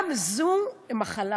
גם זו מחלה,